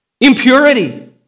impurity